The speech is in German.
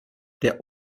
der